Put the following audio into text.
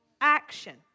action